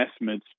estimates